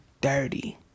dirty